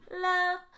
Love